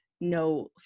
no